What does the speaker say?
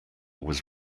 was